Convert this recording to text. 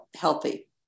healthy